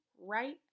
right